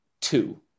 two